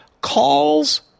calls